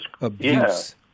abuse